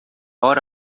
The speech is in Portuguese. hora